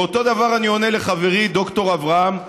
ואותו דבר אני עונה לחברי ד"ר אברהם נגוסה.